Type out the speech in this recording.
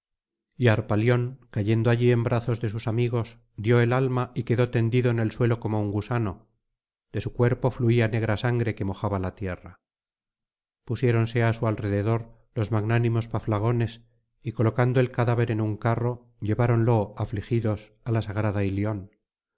harpalión cayendo allí en brazos de sus amigos dio el alma y quedó tendido en el suelo como un gusano de su cuerpo fluía negra sangre que mojaba la tierra pusiéronse á su alrededor los magnánimos paílagones y colocando el cadáver en un carro lleváronlo afligidos á la sagrada ilion